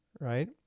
right